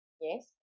yes